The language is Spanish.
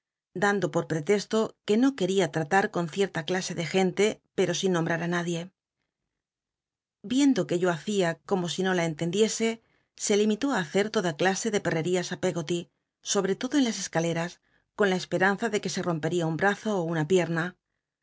dando pot ptctesto que no quctia ttatar con cietta clase de gente pero sin nombtat á nadie viendo que yo hacia como sino la entendiese se limitó á hacet toda clase de perrctias á pcggoty sobre lodo en las escaleras con la esperanza de que se rompctia un brazo ó una pierna